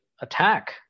attack